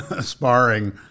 sparring